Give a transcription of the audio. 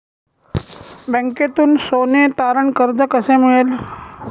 बँकेतून सोने तारण कर्ज कसे मिळेल?